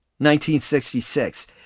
1966